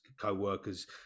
co-workers